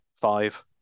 five